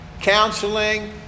counseling